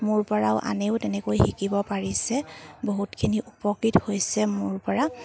মোৰ পৰাও আনেও তেনেকৈ শিকিব পাৰিছে বহুতখিনি উপকৃত হৈছে মোৰ পৰা